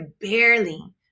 barely